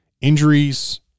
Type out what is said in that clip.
injuries